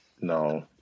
No